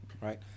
right